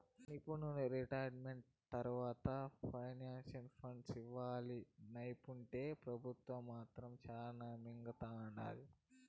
నిపునులు రిటైర్మెంట్ తర్వాత pension fund ఇవ్వాలని సెప్తుంటే పెబుత్వం మాత్రం శానా మింగతండాది